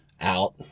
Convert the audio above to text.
out